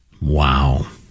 Wow